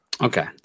Okay